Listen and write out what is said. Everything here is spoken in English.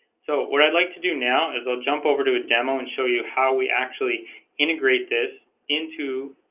so what i'd like to do now is they'll jump over to a demo and show you how we actually integrate this into